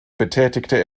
betätigte